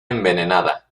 envenenada